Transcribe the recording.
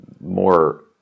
more